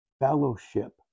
Fellowship